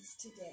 today